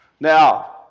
Now